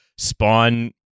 Spawn